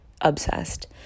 obsessed